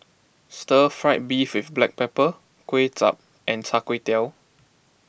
Stir Fried Beef with Black Pepper Kuay Chap and Char Kway Teow